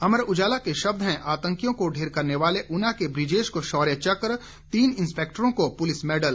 अमर उजाला के शब्द हैं आतंकियों को ढेर करने वाले ऊना के ब्रिजेश को शौर्य चक़ तीन इंस्पेक्टरों को पुलिस मेडल